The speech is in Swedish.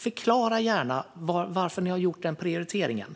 Förklara gärna varför ni har gjort den prioriteringen: